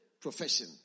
profession